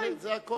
זה הכול.